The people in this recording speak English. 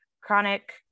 chronic